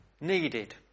needed